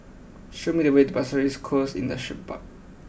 show me the way to Pasir Ris Coast Industrial Park